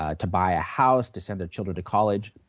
ah to buy a house, to send their children to college,